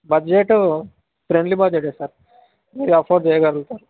budget friendly budget sir మీరు afford చేయగలుగుతారు